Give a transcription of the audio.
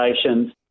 stations